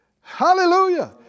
Hallelujah